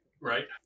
Right